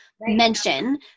mention